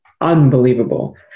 unbelievable